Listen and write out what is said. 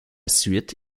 suite